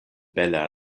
bele